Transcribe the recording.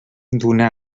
donà